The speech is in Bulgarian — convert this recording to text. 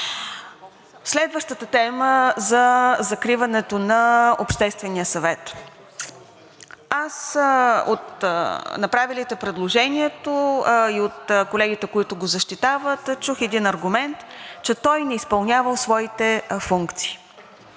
Следваща тема за закриване на Обществения съвет. Аз от направилите предложението и от колегите, които го защитават, чух един аргумент, че той не изпълнявал своите функции.